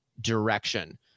direction